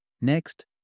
Next